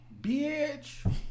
bitch